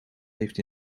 heeft